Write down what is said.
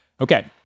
Okay